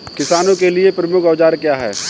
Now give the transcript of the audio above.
किसानों के लिए प्रमुख औजार क्या हैं?